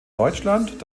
deutschland